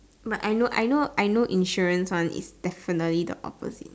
but I know I know I know insurance one is definitely the opposite